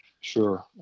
Sure